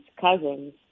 cousins